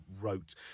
wrote